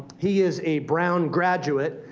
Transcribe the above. he is a brown graduate,